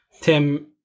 Tim